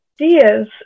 ideas